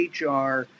HR